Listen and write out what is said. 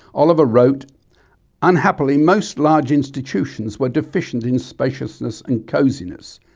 oliver wrote unhappily most large institutions were deficient in spaciousness and cosiness,